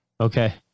Okay